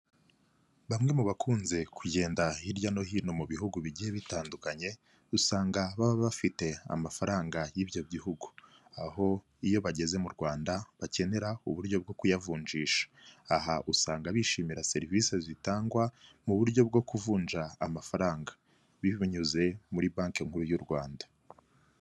Bamwe mu bakunze kugenda hirya no hino mu bihugu bigiye bitandukanye, usanga baba bafite amafaranga y'ibyo bihugu, aho iyo bageze mu Rwanda bakenera uburyo bwo kuyavunjisha. Aha usanga bishimira serivise zitangwa mu buryo bwo kuvunja amafaranga, binyuze muri banki nkuru y'u Rwanda.